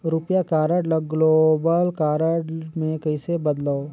रुपिया कारड ल global card मे कइसे बदलव?